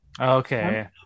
Okay